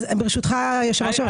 כפי ששמעת,